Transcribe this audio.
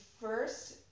first